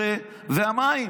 זה, והמים.